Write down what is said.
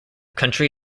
country